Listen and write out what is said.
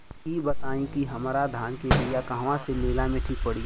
इ बताईं की हमरा धान के बिया कहवा से लेला मे ठीक पड़ी?